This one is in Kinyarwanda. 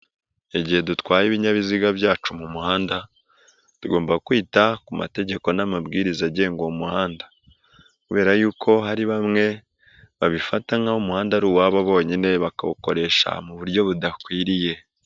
Igihe dutwaye ibinyabiziga byacu mu muhanda, tugomba tugomba kwita ku mategeko n'amabwiriza agenga uwo umuhanda. Kubera y'uko hari bamwe babifata nk'aho umuhanda ari uwabo bonyine bakawukoresha mu buryo budakwiriye.